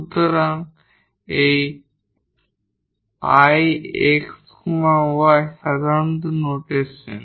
সুতরাং এই I x y সাধারণত নোটেশন